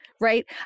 Right